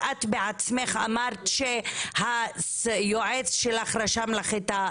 שלא אמרת --- מתנחלים אתה לא תעכב את החוקים שלו?